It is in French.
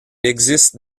existe